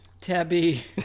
Tabby